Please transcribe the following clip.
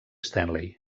stanley